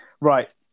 Right